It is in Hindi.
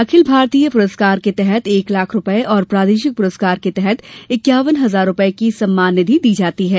अखिल भारतीय पुरस्कार के तहत एक लाख रूपये और प्रादेशिक पुरस्कार के तहत इक्यावन हजार रूपये की सम्माननिधि दी जाती है